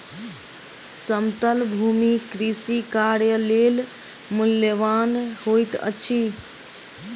समतल भूमि कृषि कार्य लेल मूल्यवान होइत अछि